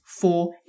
four